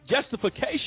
justification